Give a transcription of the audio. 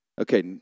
Okay